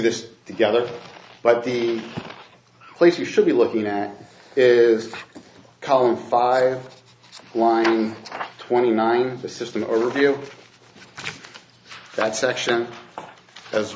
this together but the place you should be looking at is column five line twenty nine the system or review that section as